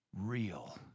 real